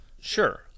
Sure